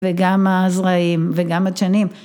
וגם הזרעים וגם הדשנים.